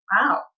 Wow